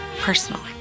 personally